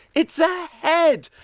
it's a head.